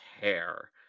hair